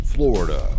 Florida